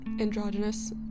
androgynous